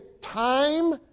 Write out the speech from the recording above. time